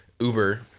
Uber